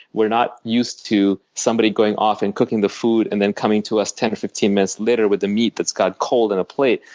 we're not used to somebody going off and cooking the food and then coming to us ten or fifteen minutes later with the meat that's gotten cold on and a plate.